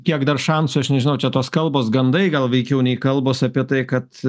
kiek dar šansų aš nežinau čia tos kalbos gandai gal veikiau nei kalbos apie tai kad